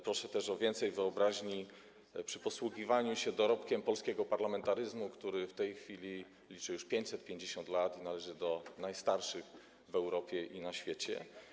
Proszę też o więcej wyobraźni przy posługiwaniu się dorobkiem polskiego parlamentaryzmu, który w tej chwili liczy już 550 lat i należy do najstarszych w Europie i na świecie.